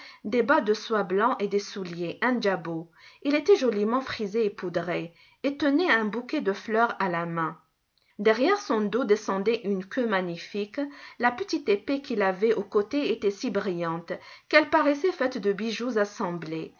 des bas de soie blancs et des souliers un jabot il était joliment frisé et poudré et tenait un bouquet de fleurs à la main derrière son dos descendait une queue magnifique la petite épée qu'il avait au côté était si brillante qu'elle paraissait faite de bijoux assemblés